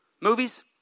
Movies